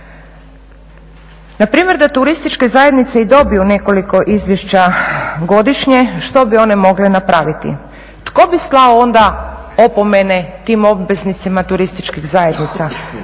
Na primjer da turističke zajednice i dobiju nekoliko izvješća godišnje što bi one mogle napraviti? Tko bi slao onda opomene tim obveznicima turističkih zajednica?